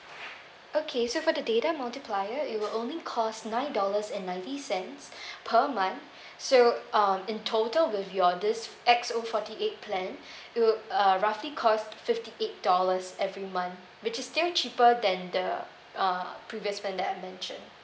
okay so for the data multiplier it will only cost nine dollars and ninety cents per month so um in total with your this X_O forty eight plan it will uh roughly cost fifty eight dollars every month which is still cheaper than the uh previous plan that I mentioned